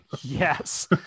Yes